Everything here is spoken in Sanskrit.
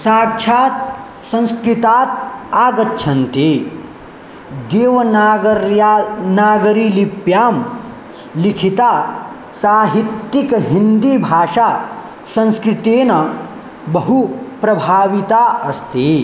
साक्षात् संस्कृतात् आगच्छन्ति देवनागर्या नागरिलिप्यां लिखिता साहित्यिकहिन्दीभाषा संस्कृतेन बहुप्रभाविता अस्ति